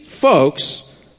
folks